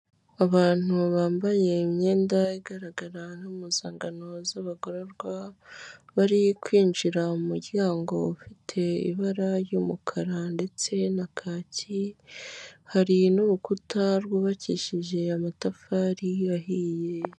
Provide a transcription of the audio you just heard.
Abantu bambaye imyenda igaragara npuzangano z'abagororwa bari kwinjira mu muryango ufite ibara ry'umukara ndetse na kakiyi hari n'urukuta rwubakishije amatafari yahiye.